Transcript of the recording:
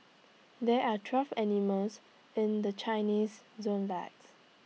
there are twelve animals in the Chinese Zodiac